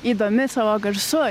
įdomi savo garsu